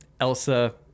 elsa